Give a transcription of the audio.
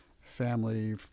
family